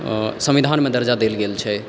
संविधानमे दर्जा देल गेल छै